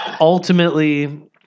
ultimately